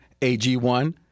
AG1